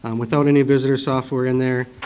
um without any visitor software in there,